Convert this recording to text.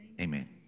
Amen